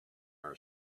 our